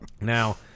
Now